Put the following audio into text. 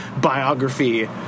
biography